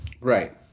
Right